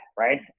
Right